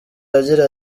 agira